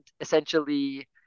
essentially